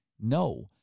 No